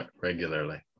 regularly